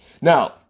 Now